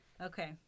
Okay